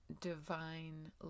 divine